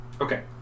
Okay